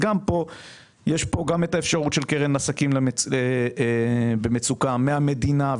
יש את האפשרות של קרן עסקים במצוקה מהמדינה,